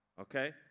okay